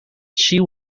she